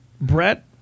Brett